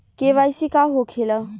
KYC का होखेला?